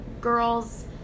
girls